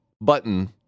button